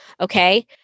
Okay